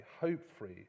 hope-free